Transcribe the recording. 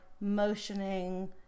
motioning